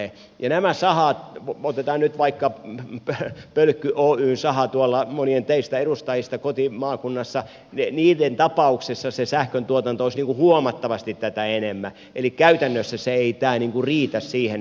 näiden sahojen otetaan nyt vaikka pölkky oyn saha tuolla monien teidän edustajien kotimaakunnassa tapauksessa se sähköntuotanto olisi huomattavasti tätä enemmän eli käytännössä tämä ei riitä siihen